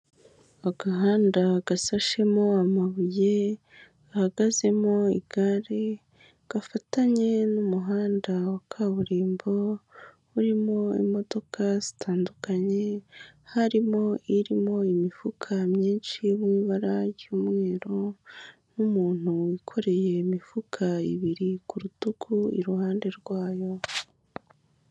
Agahanda gasashemo amabuye gahagazemo igare gafatanye n'umuhanda wa kaburimbo urimo imodoka zitandukanye harimo irimo imifuka myinshi mu ibara ry'umweru n'umuntu wikoreye imifuka ibiri ku rutugu iruhande rwayo.